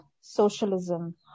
socialism